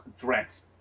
dressed